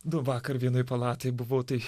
nu vakar vienoj palatoj buvau tai